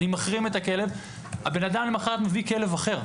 אני מחרים את הכלב, הבן-אדם למוחרת מביא כלב אחר.